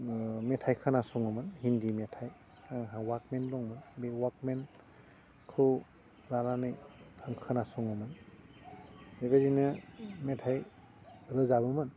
मेथाइ खोनासङोमोन हिन्दी मेथाइ अवाकमेन दंमोन बे अवाकमेनखौ लानानै आं खोनासङोमोन बेबायदिनो मेथाइ रोजाबोमोन